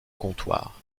comptoir